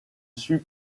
suis